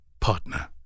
partner